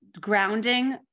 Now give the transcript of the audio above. grounding